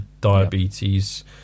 diabetes